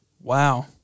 Wow